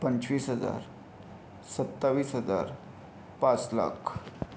पंचवीस हजार सत्तावीस हजार पाच लाख